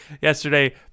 yesterday